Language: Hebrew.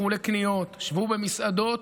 לכו לקניות, שבו במסעדות,